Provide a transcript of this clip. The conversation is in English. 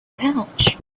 pouch